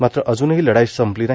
मात्र अज्नही लढाई संपली नाही